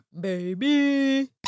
Baby